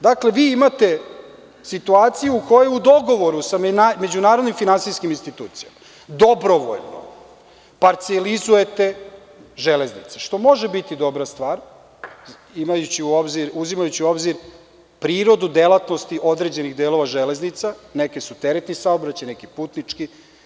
Dakle, vi imate situaciju u koju u dogovoru sa međunarodnim finansijskim institucijama dobrovoljno parcelizujete železnice, što može biti dobra stvar, uzimajući u obzir prirodu delatnosti određenih delova železnica, neke su teretni saobraćaj, neki putnički.